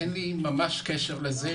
אין לי קשר לזה,